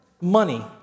money